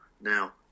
now